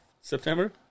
September